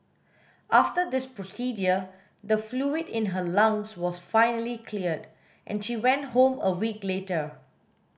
after this procedure the fluid in her lungs was finally cleared and she went home a week later